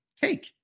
cake